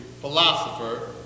philosopher